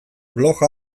blog